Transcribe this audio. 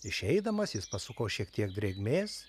išeidamas jis pasuko šiek tiek drėgmės